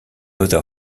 other